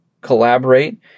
collaborate